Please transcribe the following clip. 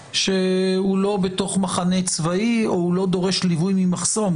כשהוא לא בתוך מחנה צבאי או הוא לא דורש ליווי ממחסום,